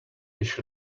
dish